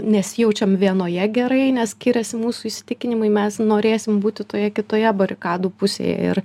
nesijaučiam vienoje gerai nes skiriasi mūsų įsitikinimai mes norėsim būti toje kitoje barikadų pusėje ir